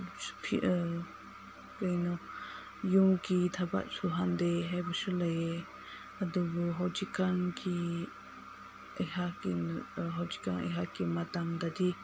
ꯀꯩꯅꯣ ꯌꯨꯝꯒꯤ ꯊꯕꯛ ꯁꯨꯍꯟꯗꯦ ꯍꯥꯏꯕꯁꯨ ꯂꯩꯌꯦ ꯑꯗꯨꯕꯨ ꯍꯧꯖꯤꯛꯀꯥꯟꯒꯤ ꯑꯩꯍꯥꯛꯀꯤ ꯍꯧꯖꯤꯛꯀꯥꯟ ꯑꯩꯍꯥꯛꯀꯤ ꯃꯇꯝꯗꯗꯤ